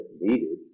needed